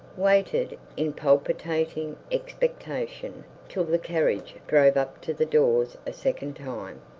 waited in palpitating expectation till the carriage drove up to the door a second time.